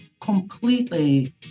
completely